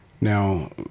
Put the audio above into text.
Now